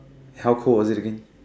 how cold is it again